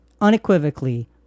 unequivocally